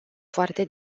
foarte